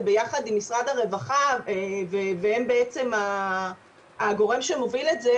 ביחד עם משרד הרווחה והם בעצם הגורם שמוביל את זה,